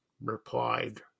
replied